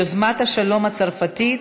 יוזמת השלום הצרפתית,